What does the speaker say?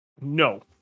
no